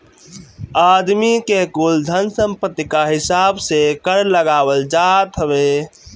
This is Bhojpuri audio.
आदमी के कुल धन सम्पत्ति कअ हिसाब से कर लगावल जात हवे